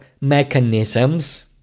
mechanisms